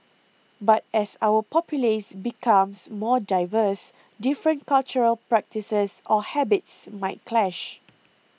but as our populace becomes more diverse different cultural practices or habits might clash